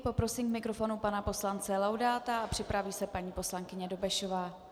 Poprosím k mikrofonu pana poslance Laudáta a připraví se paní poslankyně Dobešová.